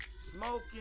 smoking